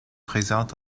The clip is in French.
présentes